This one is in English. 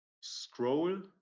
scroll